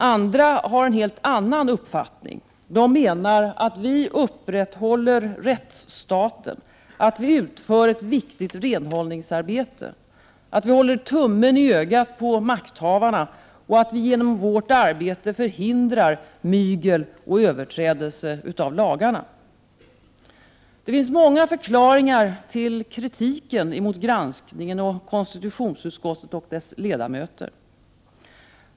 Andra har en helt annan uppfattning. De menar att vi upprätthåller rättsstaten, att vi utför ett viktigt renhållningsarbete, att vi håller tummen i ögat på makthavarna och att vi genom vårt arbete förhindrar mygel och överträdelse av lagarna. Det finns många förklaringar till kritiken mot granskningen och konstitutionsutskottet och dess ledamöter.